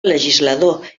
legislador